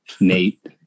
Nate